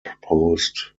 proposed